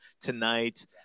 tonight